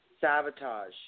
sabotage